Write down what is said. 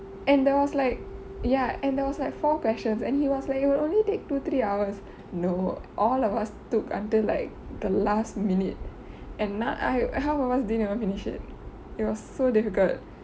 and there was like ya and there was like four questions and he was like it will only take two three hours no all of us took until like the last minute and now I half of us didn't even finish it it was so difficult